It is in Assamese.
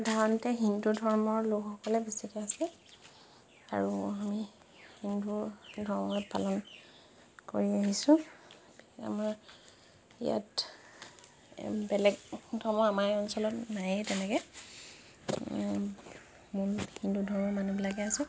সাধাৰণতে হিন্দু ধৰ্মৰ লোকসকল বেছিকে আছে আৰু আমি হিন্দু ধৰ্ম পালন কৰি আহিছোঁ আমাৰ ইয়াত বেলেগ ধৰ্ম আমাৰ এই অঞ্চলত নায়েই তেনেকে মোৰ হিন্দু ধৰ্মৰ মানুহবিলাকেই আছোঁ